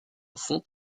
font